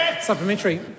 Supplementary